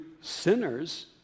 sinners